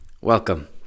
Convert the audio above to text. welcome